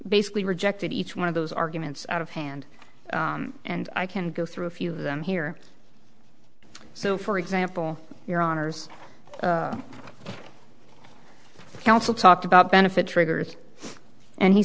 basically rejected each one of those arguments out of hand and i can go through a few of them here so for example your honour's counsel talked about benefit triggers and he